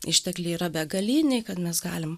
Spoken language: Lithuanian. ištekliai yra begaliniai kad mes galim